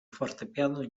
fortepianu